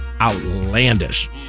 outlandish